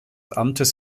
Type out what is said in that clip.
amtes